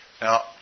Now